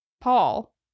Paul